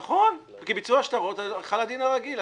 נכון, כי על ביצוע שטרות חל הדין הרגיל.